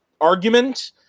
argument